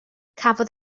cafodd